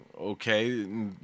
okay